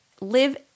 live